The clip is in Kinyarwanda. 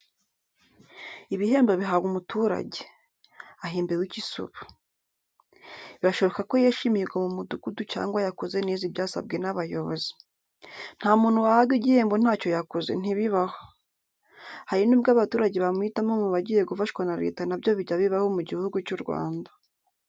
Ibihembo bihawe umuturage, ahembewe iki se ubu? Birashoboka ko yeshe imihigo mu mudugudu cyangwa yakoze neza ibyasabwe n'abayobozi. Nta muntu wahabwa igihembo ntacyo yakoze ntibibaho. Hari nubwo abaturage bamuhitamo mubagiye gufashwa na Leta na byo bijya bibaho mu gihugu cy 'u Rwanda.